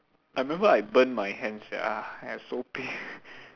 I remember I burn my hand sia !aiya! so pain